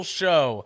show